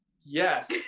Yes